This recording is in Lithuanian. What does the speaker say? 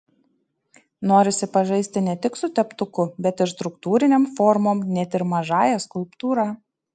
norisi pažaisti ne tik su teptuku bet ir struktūrinėm formom net ir mažąja skulptūra